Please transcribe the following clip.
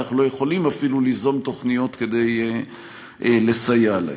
ואנחנו לא יכולים אפילו ליזום תוכניות כדי לסייע להם.